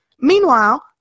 Meanwhile